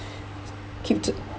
keep to